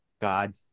God